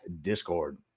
discord